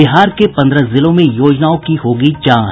बिहार के पन्द्रह जिलों में योजनाओं की होगी जांच